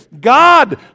God